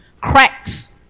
cracks